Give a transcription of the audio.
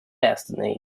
destinies